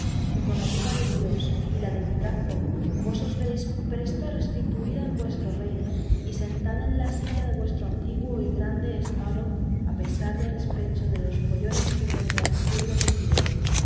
que con el ayuda de dios y la de mi brazo vos os veréis presto restituida en vuestro reino y sentada en la silla de vuestro antiguo y grande estado a pesar y a despecho de los follones que contradecirlo quisieren